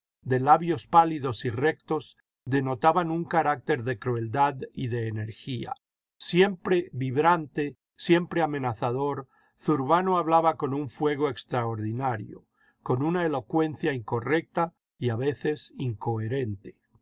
de labios pálidos y rectos denotaban un carácter de crueldad y de energía siempre vibrante siempre amenazador zurbano hablaba con un fuego extraordinario con una elocuencia incorrecta y a veces incoherente